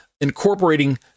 incorporating